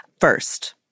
first